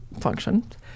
functions